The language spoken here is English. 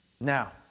Now